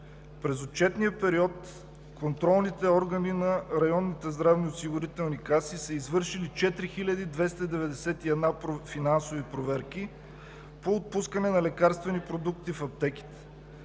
През отчетния период контролните органи на районните здравноосигурителни каси са извършили 4291 финансови проверки по отпускане на лекарствени продукти в аптеките.